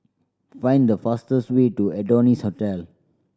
find the fastest way to Adonis Hotel